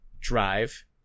drive